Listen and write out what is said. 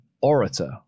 orator